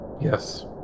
Yes